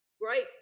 great